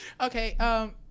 Okay